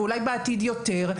ואולי בעתיד יותר,